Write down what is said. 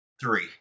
Three